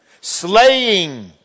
Slaying